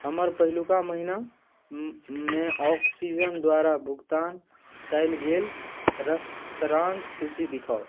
हमर पहिलुका महिनामे ऑक्सीजन द्वारा भुगतान कयल गेल रेस्तराँक सूची देखाउ